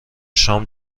شام